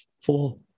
four